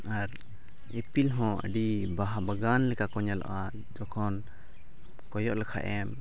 ᱟᱨ ᱤᱯᱤᱞ ᱦᱚᱸ ᱟᱹᱰᱤ ᱵᱟᱦᱟ ᱵᱟᱜᱟᱱ ᱞᱮᱠᱟ ᱠᱚ ᱧᱮᱞᱚᱜᱼᱟ ᱡᱚᱠᱷᱚᱱ ᱠᱚᱭᱚᱜ ᱞᱮᱠᱷᱟᱡ ᱮᱢ